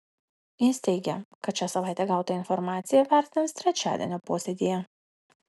jis teigia kad šią savaitę gautą informaciją vertins trečiadienio posėdyje